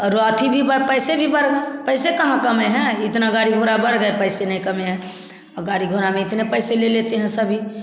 और अथी भी बढ़ पैसे भी बढ़े पैसे कहाँ कमे हैं इतना गाड़ी घोड़ा बढ़ गए पैसे नहीं कमे है आ गाड़ी घोड़ा में इतने पैसे ले लेते हैं सभी